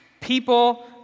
people